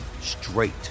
straight